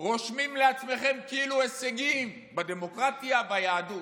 רושמים לעצמכם כאילו הישגים בדמוקרטיה, ביהדות.